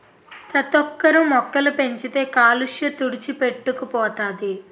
ప్రతోక్కరు మొక్కలు పెంచితే కాలుష్య తుడిచిపెట్టుకు పోతది